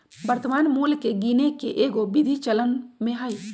वर्तमान मोल के गीने के कएगो विधि चलन में हइ